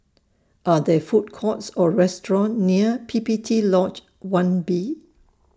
Are There Food Courts Or restaurants near P P T Lodge one B